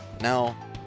Now